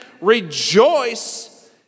rejoice